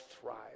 thrive